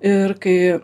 ir kai